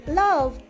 love